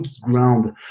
ground